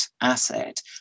asset